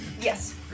Yes